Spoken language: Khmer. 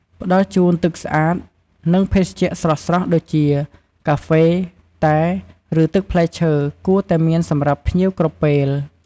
ផ្ដល់ជូនទឹកស្អាត និងភេសជ្ជៈស្រស់ៗ ដូចជា កាហ្វេ តែ ឬទឹកផ្លែឈើ គួរតែមានសម្រាប់ភ្ញៀវគ្រប់ពេល។